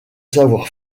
savoir